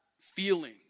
feeling